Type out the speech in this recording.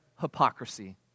hypocrisy